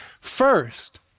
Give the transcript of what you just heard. first